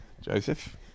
Joseph